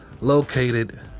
Located